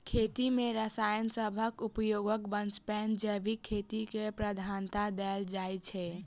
खेती मे रसायन सबहक उपयोगक बनस्पैत जैविक खेती केँ प्रधानता देल जाइ छै